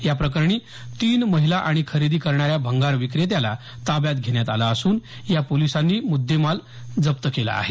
याप्रकरणी तीन महिला आणि खरेदी करणाऱ्या भंगार विक्रेत्याला ताब्यात घेण्यात आलं असून या पोलिसांनी मुद्देमाल हस्तगत केला आहे